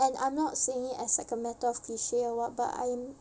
and I'm not saying it as like a matter of cliche or what but I'm